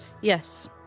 Yes